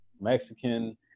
Mexican